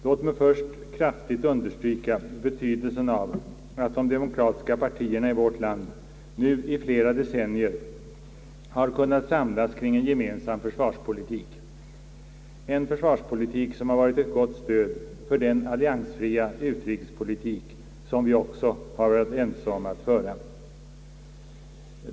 Låt mig först kraftigt understryka betydelsen av att de demokratiska partierna i vårt land nu i flera decennier har kunnat samlas kring en gemensam försvarspolitik, en försvarspolitik som har varit ett gott stöd för den alliansfria utrikespolitik som vi också har varit eniga om att föra.